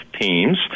teams